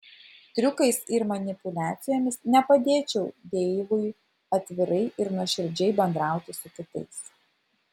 triukais ir manipuliacijomis nepadėčiau deivui atvirai ir nuoširdžiai bendrauti su kitais